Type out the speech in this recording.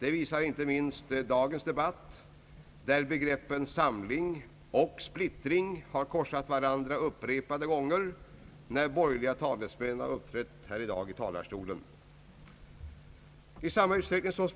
Det visar inte minst dagens debatt, där begreppen samling och splittring har korsat varandra upprepade gånger när borgerliga talesmän har uppträtt i talarstolen. I samma utsträckning som